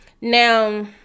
Now